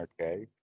Okay